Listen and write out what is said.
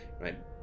right